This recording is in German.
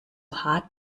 hart